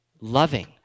loving